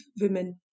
women